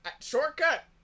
Shortcut